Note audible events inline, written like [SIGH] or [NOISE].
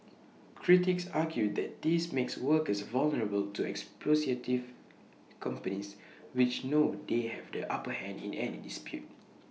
critics argue that this makes workers vulnerable to [UNINTELLIGIBLE] companies which know they have the upper hand in any dispute